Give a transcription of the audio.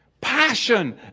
passion